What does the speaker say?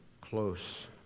close